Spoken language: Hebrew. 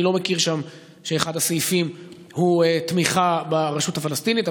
אני לא מכיר שאחד הסעיפים שם הוא תמיכה ברשות הפלסטינית.